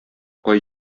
кай